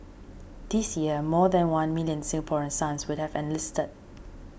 this year more than one million Singaporean sons would have enlisted